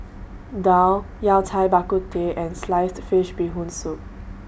Daal Yao Cai Bak Kut Teh and Sliced Fish Bee Hoon Soup